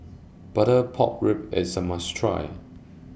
Butter Pork Ribs IS A must Try